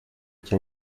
can